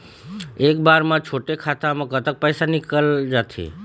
एक बार म छोटे खाता म कतक पैसा निकल जाथे?